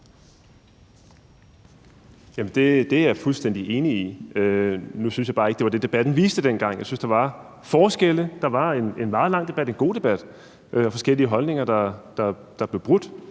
Det er jeg fuldstændig enig i. Nu synes jeg bare ikke, at det var det, debatten viste dengang. Jeg synes, der var forskelle. Der var en meget lang debat, en god debat, og forskellige holdninger, der blev brudt,